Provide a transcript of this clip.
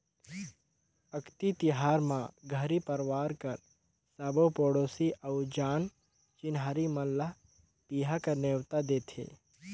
अक्ती तिहार म घरी परवार कर सबो पड़ोसी अउ जान चिन्हारी मन ल बिहा कर नेवता देथे